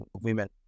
women